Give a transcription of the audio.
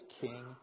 king